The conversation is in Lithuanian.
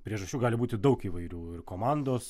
priežasčių gali būti daug įvairių ir komandos